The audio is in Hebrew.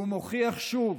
מוכיח שוב